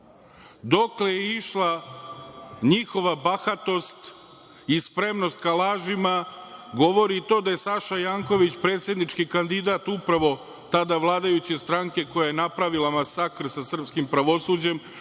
je išla njihova bahatost i spremnost ka lažima govori i to da je Saša Janković, predsednički kandidat upravo tada vladajuće stranke koja je napravila masakr sa srpskim pravosuđem,